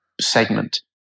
segment